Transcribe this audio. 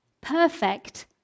perfect